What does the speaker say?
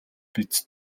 биз